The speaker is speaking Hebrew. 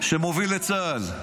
שמוביל את צה"ל.